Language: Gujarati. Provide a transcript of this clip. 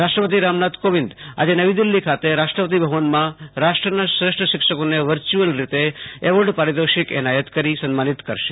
રાષ્ટ્રપતિ રામનાથ કોવિંદ આજે નવી દિલ્હી ખાતે રાષ્ટ્રપતિ ભવનમાં રાષ્ટ્રના શ્રેષ્ઠ શિક્ષકોને એવોર્ડ પારિતોષિક એનાયત કરી સન્માનિત કરશે